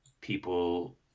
people